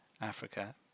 Africa